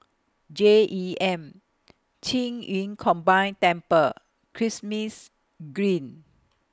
J E M Qing Yun Combined Temple Kismis Green